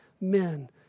men